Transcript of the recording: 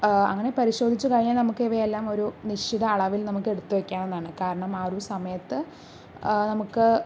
അങ്ങനെ പരിശോധിച്ചു കഴിഞ്ഞാൽ നമുക്കിവയെല്ലാം ഒരു നിശ്ചിത അളവിൽ നമുക്ക് എടുത്തു വയ്ക്കാവുന്നതാണ് കാരണം ആ ഒരു സമയത്ത് നമുക്ക്